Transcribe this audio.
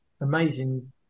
amazing